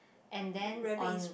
and then on